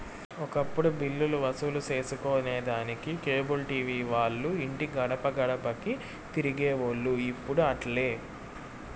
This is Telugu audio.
ఒకప్పుడు బిల్లులు వసూలు సేసుకొనేదానికి కేబుల్ టీవీ వాల్లు ఇంటి గడపగడపకీ తిరిగేవోల్లు, ఇప్పుడు అట్లాలే